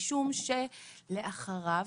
משום שלאחריו